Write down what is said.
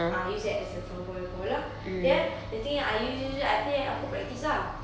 ah I use that as a floorball ball lah then the thing I use use use I play aku practise lah